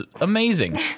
amazing